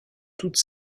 toute